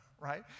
right